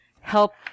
help